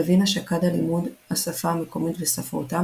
בווינה שקד על לימוד השפה המקומית וספרותה,